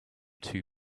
two